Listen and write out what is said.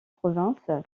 provinces